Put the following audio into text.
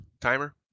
timer